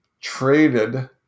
traded